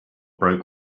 broke